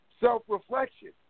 self-reflection